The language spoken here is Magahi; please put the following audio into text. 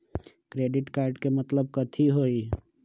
क्रेडिट कार्ड के मतलब कथी होई?